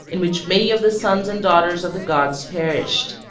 in which many of the sons and daughters of the gods perished.